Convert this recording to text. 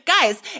guys